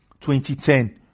2010